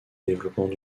développements